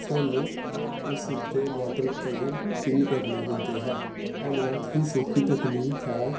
ਸਾਨੂੰ ਉਸ ਉੱਤੇ ਵੋਟਰ ਕਲਰ ਫਿਲ ਕਰਨੇ ਹੁੰਦੇ ਹੈ ਇਹ ਬਹੁਤ ਹੀ ਸੌਖੀ ਤਕਨੀਕ ਹੈ